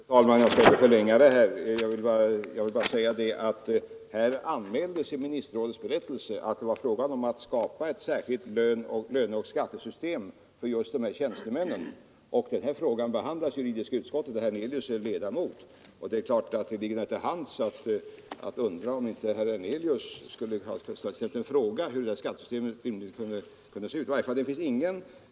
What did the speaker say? Fru talman! Jag skall inte förlänga det här meningsutbytet. Jag vill bara säga att i ministerrådets berättelse anmäldes att det var fråga om att skapa särskilda löneoch skattesystem för just de här tjänstemännen. Denna fråga behandlades i juridiska utskottet, där herr Hernelius är ledamot. Det är klart att det ligger nära till hands att undra, om inte herr Hernelius skulle ha ställt en fråga om hur skattesystemet rimligen kunde se ut.